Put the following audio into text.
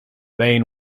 main